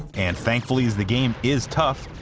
and thankfully as the game is tough,